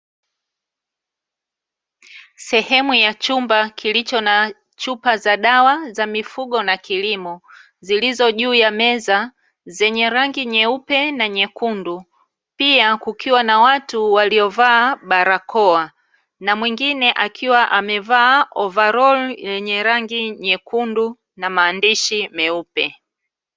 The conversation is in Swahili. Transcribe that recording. Sehemu ya chumba kilicho na chupa za dawa za mifugo na kilimo zilizo juu ya meza, zenye rangi nyeupe na nyekundu. Pia kukiwa na watu waliovaa barakoa na mwingine akiwa amevaa ovaroli yenye rangi nyekundu na maandishi meupe.